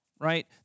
right